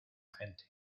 gente